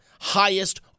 highest